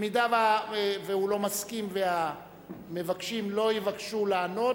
אם הוא לא מסכים, והמבקשים לא יבקשו לענות,